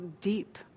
deep